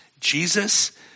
Jesus